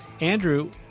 Andrew